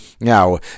Now